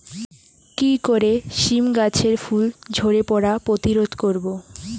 কি করে সীম গাছের ফুল ঝরে পড়া প্রতিরোধ করব?